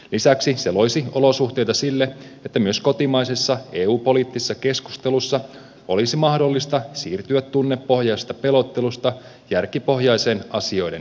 lisäksi se loisi olosuhteita sille että myös kotimaisessa eu poliittisessa keskustelussa olisi mahdollista siirtyä tunnepohjaisesta pelottelusta järkipohjaiseen asioiden käsittelyyn